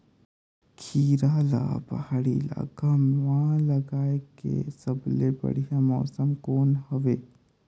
खीरा ला पहाड़ी इलाका मां लगाय के सबले बढ़िया मौसम कोन हवे?